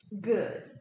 Good